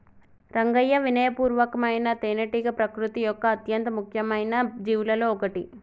రంగయ్యా వినయ పూర్వకమైన తేనెటీగ ప్రకృతి యొక్క అత్యంత ముఖ్యమైన జీవులలో ఒకటి